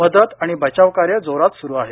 मदत आणि बचाव कार्य जोरात सुरू आहे